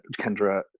Kendra